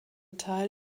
tal